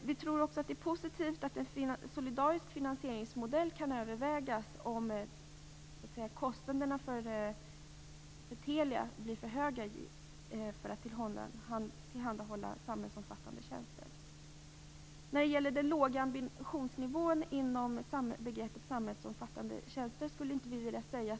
Det är också positivt att en solidarisk finansieringsmodell kan övervägas om kostnaderna för Telia blir för höga när det gäller att tillhandahålla samhällsomfattande tjänster. Vi vill inte säga att det är en låg ambitionsnivå när det gäller begreppet samhällsomfattande tjänster.